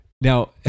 Now